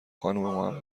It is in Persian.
خانم